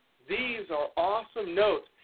these are awesome notes,